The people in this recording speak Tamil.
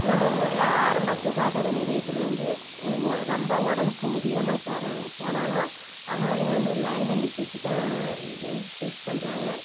நம்ம ஊரில் ஆரம்ப சுகாதார நிலையத்தில் வந்து ரொம்ப உடம்புக்கு முடியாமல் போகிற போனாலும் அவங்களையும் வந்து லைனில் நிற்க வெச்சு தான் டெஸ்ட் பண்ணுறாங்க